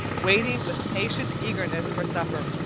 waiting with patient eagerness for supper.